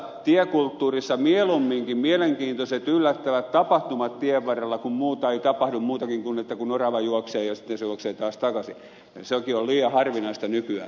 suomalaisessa tiekulttuurissa mieluumminkin mielenkiintoiset yllättävät tapahtumat tienvarrella kun muuta ei tapahdu muutakin kuin että kun orava juoksee ja sitten se juoksee taas takaisin ovat liian harvinaisia nykyään